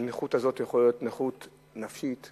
והנכות הזאת יכולה להיות נכות נפשית,